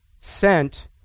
sent